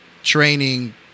training